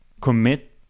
commit